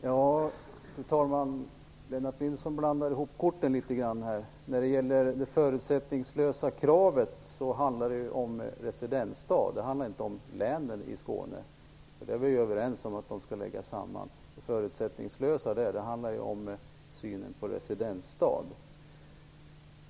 Fru talman! Lennart Nilsson blandar bort korten litet grand. När det gäller det förutsättningslösa kravet handlar det om residensstad; det handlar inte om länen i Skåne. Vi är ju överens om att de skall läggas samman. Det förutsättningslösa handlar om synen på residensstad.